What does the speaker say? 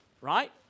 Right